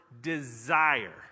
desire